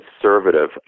conservative